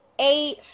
eight